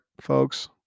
folks